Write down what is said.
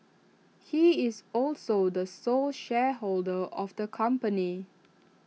he is also the sole shareholder of the company